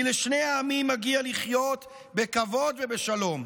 כי לשני העמים מגיע לחיות בכבוד ובשלום.